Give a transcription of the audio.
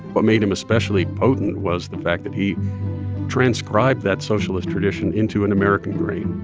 what made him especially potent was the fact that he transcribed that socialist tradition into an american grain